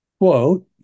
quote